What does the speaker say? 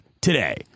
today